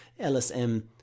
LSM